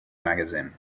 magazine